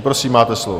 Prosím, máte slovo.